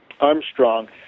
Armstrong